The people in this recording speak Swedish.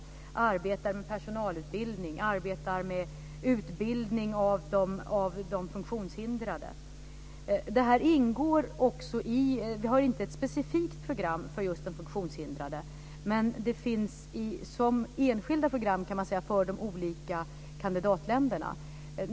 Det handlar om arbete med personalutbildning och arbete med utbildning av de funktionshindrade. Vi har inte ett specifikt program för just de funktionshindrade, men det finns enskilda program, kan man säga, för de olika kandidatländerna.